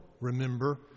remember